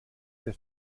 der